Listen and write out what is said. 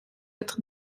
être